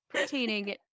pertaining